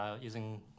using